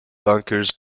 bunkers